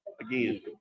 Again